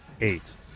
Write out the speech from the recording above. eight